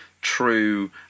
true